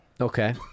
Okay